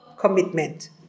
commitment